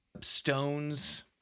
stones